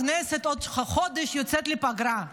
הכנסת עוד חודש יוצאת לפגרה,